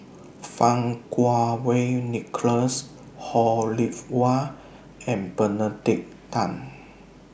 Fang Kuo Wei Nicholas Ho Rih Hwa and Benedict Tan